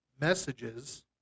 messages